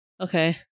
Okay